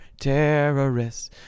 terrorists